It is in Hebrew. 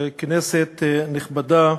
כנסת נכבדה,